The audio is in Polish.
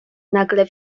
nagle